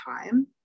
time